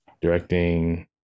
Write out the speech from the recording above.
directing